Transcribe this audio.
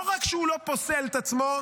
לא רק שהוא לא פוסל את עצמו,